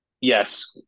yes